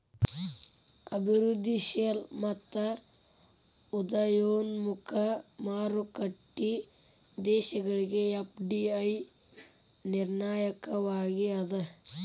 ಅಭಿವೃದ್ಧಿಶೇಲ ಮತ್ತ ಉದಯೋನ್ಮುಖ ಮಾರುಕಟ್ಟಿ ದೇಶಗಳಿಗೆ ಎಫ್.ಡಿ.ಐ ನಿರ್ಣಾಯಕವಾಗಿ ಅದ